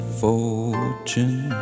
fortune